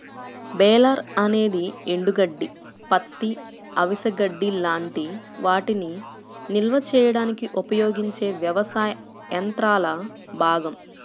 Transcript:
baler అనేది ఎండుగడ్డి, పత్తి, అవిసె గడ్డి లాంటి వాటిని నిల్వ చేయడానికి ఉపయోగించే వ్యవసాయ యంత్రాల భాగం